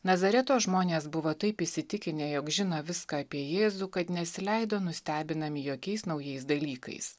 nazareto žmonės buvo taip įsitikinę jog žino viską apie jėzų kad nesileido nustebinami jokiais naujais dalykais